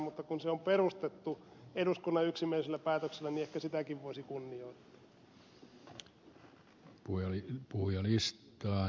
mutta kun se on perustettu eduskunnan yksimielisellä päätöksellä niin ehkä sitäkin voisi kunnioittaa